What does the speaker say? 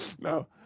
No